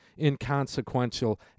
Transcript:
inconsequential